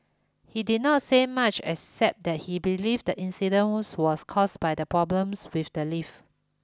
he did not say much except that he believe that incident's was caused by the problems with the live